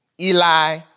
Eli